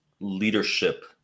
leadership